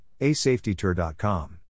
asafetytour.com